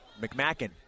Mcmackin